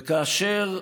וכאשר אדם,